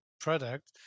product